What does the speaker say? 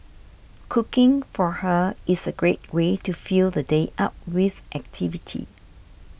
cooking for her is a great way to fill the day up with activity